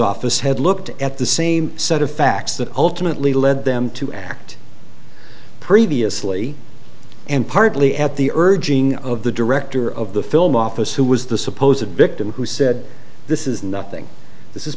office had looked at the same set of facts that ultimately led them to act previously and partly at the urging of the director of the film office who was the suppose a victim who said this is nothing this is